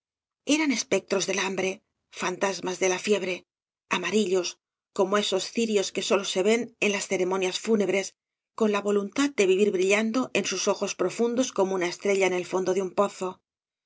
eran espectros del hambre fantasmas de la fiebre amarillos como esos cirios que sólo se ven en las ceremonias fúnebres con la voluntad de vivir brillando en sus ojos profundos como una estrella en el fondo de un pozo